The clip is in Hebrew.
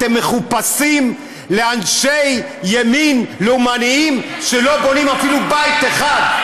אתם מחופשים לאנשי ימין לאומניים ולא בונים אפילו בית אחד.